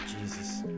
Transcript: Jesus